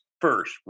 first